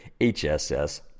HSS